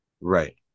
Right